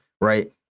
right